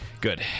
Good